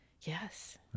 Yes